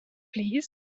plîs